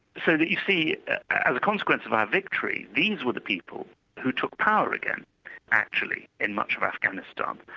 so that you see as a consequence of our victory, these were the people who took power again actually in much of afghanistan,